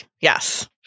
yes